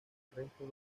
arresto